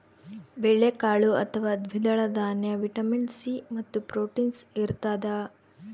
ಬೇಳೆಕಾಳು ಅಥವಾ ದ್ವಿದಳ ದಾನ್ಯ ವಿಟಮಿನ್ ಸಿ ಮತ್ತು ಪ್ರೋಟೀನ್ಸ್ ಇರತಾದ